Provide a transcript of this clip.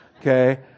okay